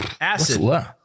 Acid